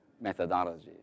methodology